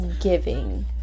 giving